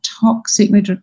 toxic